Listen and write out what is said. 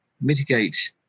mitigate